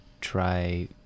try